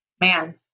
man